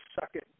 second